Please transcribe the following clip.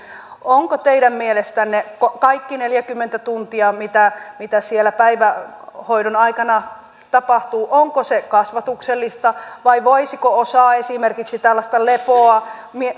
onko teidän mielestänne kaikki neljäkymmentä tuntia mitä mitä siellä päivähoidon aikana tapahtuu kasvatuksellista vai voisiko osaa esimerkiksi tällaista lepoa